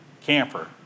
camper